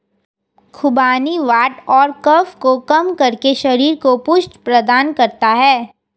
खुबानी वात और कफ को कम करके शरीर को पुष्टि प्रदान करता है